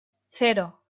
cero